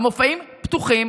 המופעים פתוחים,